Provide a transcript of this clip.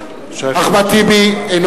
אינו